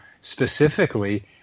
specifically